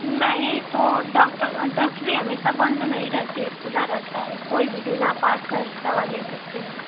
नहीं तो डोकटर डोक्टरी हमेशा बंद नही रहती है खुला रहता है कोई भी दिन आप आकार दवा ले सकती हैं